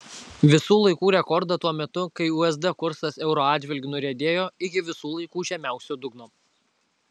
visų laikų rekordą tuo metu kai usd kursas euro atžvilgiu nuriedėjo iki visų laikų žemiausio dugno